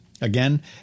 Again